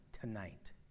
tonight